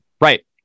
Right